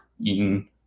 eaten